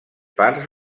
parts